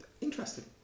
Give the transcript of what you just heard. Interesting